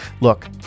Look